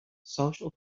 social